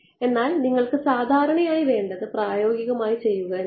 എന്നാൽ നിങ്ങൾക്ക് സാധാരണയായി വേണ്ടത് പ്രായോഗികമായി ചെയ്യുക എന്നതാണ്